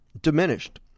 diminished